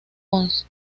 las